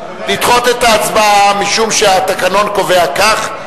משום שהתקנון קובע כך.